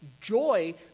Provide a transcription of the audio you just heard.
joy